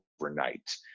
overnight